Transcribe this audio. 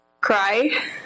Cry